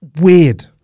Weird